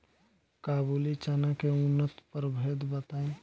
काबुली चना के उन्नत प्रभेद बताई?